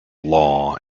law